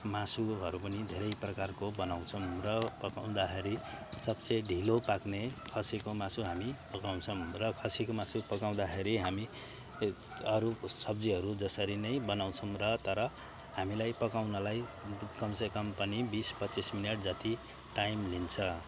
मासुहरू पनि धेरै प्रकारको बनाउँछौँ र पकाउँदाखेरि सबसे ढिलो पाक्ने खसीको मासु हामी पकाउँछौँ र खसीको मासु पकाउँदाखेरि हामी अरू सब्जीहरू जसरी नै बनाउँछौँ र तर हामीलाई पकाउनलाई कमसेकम पनि बिस पच्चिस मिनट जति टाइम लिन्छ